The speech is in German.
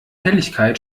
helligkeit